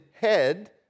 head